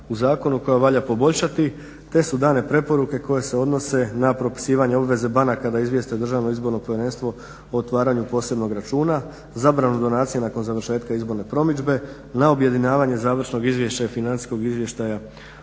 u zakonu koja valja poboljšati te su dane preporuke koje se odnose na propisivanje obveze banaka da izvijeste DIP o otvaranju posebnog računa, zabranu donacija nakon završetka izborne promidžbe, na objedinjavanje završnog izvješća i Financijskog izvještaja